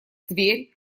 тверь